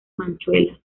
manchuela